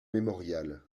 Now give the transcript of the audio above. mémorial